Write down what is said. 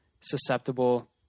susceptible